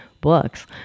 books